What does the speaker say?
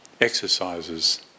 exercises